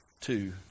two